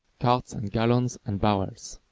quarts and gallons and barrels.